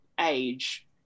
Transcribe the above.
age